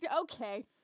Okay